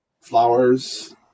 flowers